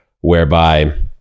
whereby